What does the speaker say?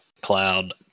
cloud